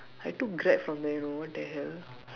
I took Grab from there you know what the hell